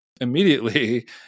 immediately